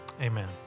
amen